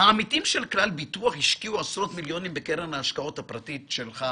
העמיתים של כלל ביטוח השקיעו עשרות מיליונים בקרן ההשקעות הפרטית שלך,